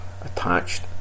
attached